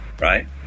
right